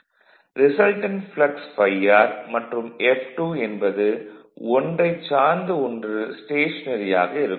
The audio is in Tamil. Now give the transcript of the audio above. ரிசல்டன்ட் ப்ளக்ஸ் ∅r மற்றும் F2 என்பது ஒன்றைச் சார்ந்து ஒன்று ஸ்டேஷனரி ஆக இருக்கும்